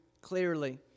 clearly